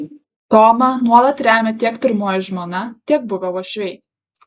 tomą nuolat remia tiek pirmoji žmona tiek buvę uošviai